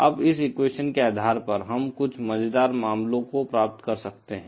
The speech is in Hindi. अब इस एक्वेशन के आधार पर हम कुछ मज़ेदार मामलों को प्राप्त कर सकते हैं